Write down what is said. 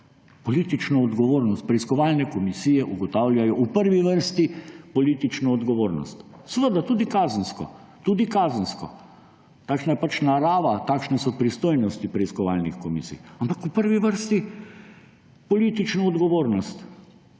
politično odgovornost. Ja, katero pa? Preiskovalne komisije ugotavljajo v prvi vrsti politično odgovornost. Seveda tudi kazensko, takšne so pristojnosti preiskovalnih komisij. Ampak v prvi vrsti politično odgovornost.